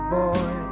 boy